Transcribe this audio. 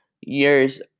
years